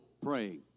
praying